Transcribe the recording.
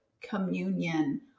communion